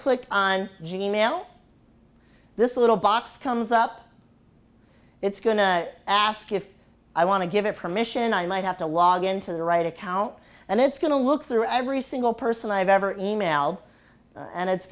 click on g mail this little box comes up it's going to ask if i want to give it permission i might have to log into the right account and it's going to look through every single person i've ever e mailed and it's